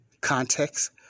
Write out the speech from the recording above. Context